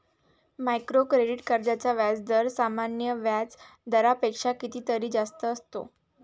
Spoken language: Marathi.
मायक्रो क्रेडिट कर्जांचा व्याजदर सामान्य व्याज दरापेक्षा कितीतरी जास्त असतो